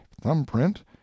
thumbprint